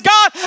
God